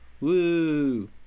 Woo